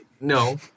No